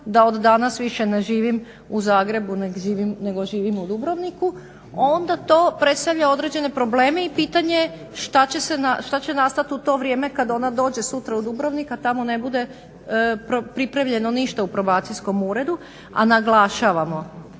da od danas više ne živim u Zagrebu nego živim u Dubrovniku onda to predstavlja određene probleme i pitanje je što će nastati u to vrijeme kad ona dođe sutra u Dubrovnik, a tamo ne bude pripravljeno ništa u probacijskom uredu, a naglašavamo